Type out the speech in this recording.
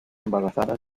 embarazada